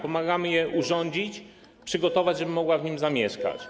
Pomagamy je urządzić, przygotować, żeby mogła w nim zamieszkać.